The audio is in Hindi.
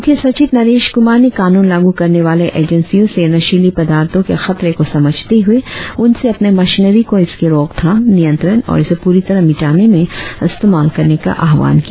मुख्य सचिव नरेश कुमार ने कानून लागू करने वाले एजेंसियों से नशीली पदार्थों के खतरों को समझते हुए उनसे अपने मशीनरी को इसके रोकथाम नियंत्रण और इसे प्ररी तरह मिटाने में इस्तेमाल करने का आह्वान किया